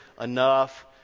enough